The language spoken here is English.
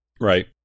Right